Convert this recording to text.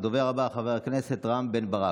הדובר הבא, חבר הכנסת רם בן ברק,